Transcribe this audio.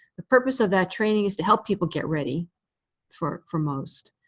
the purpose of that training is to help people get ready for for most.